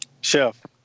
Chef